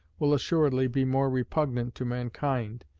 will assuredly be more repugnant to mankind,